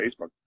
Facebook